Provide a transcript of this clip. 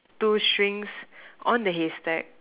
two strings on the haystack